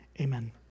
amen